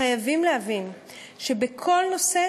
חייבים להבין שבכל נושא